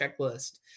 checklist